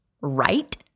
right